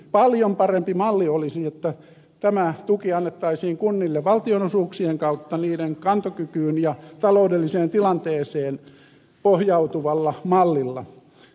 paljon parempi malli olisi että tämä tuki annettaisiin kunnille valtionosuuksien kautta niiden kantokykyyn ja taloudelliseen tilanteeseen pohjautuvalla mallilla